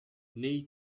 nei